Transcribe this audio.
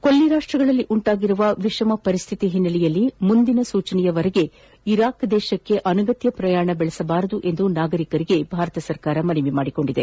ಕೊಲ್ತಿ ರಾಷ್ಟ್ರಗಳಲ್ಲಿ ಉಂಟಾಗಿರುವ ವಿಷಮ ಪರಿಸ್ತಿತಿ ಹಿನ್ನೆಲೆಯಲ್ಲಿ ಮುಂದಿನ ಸೂಚನೆವರೆಗೆ ಇರಾಕ್ಗೆ ಅನಗತ್ಯ ಪ್ರಯಾಣ ಬೆಳೆಸದಂತೆ ನಾಗರಿಕರಿಗೆ ಭಾರತ ಮನವಿ ಮಾಡಿದೆ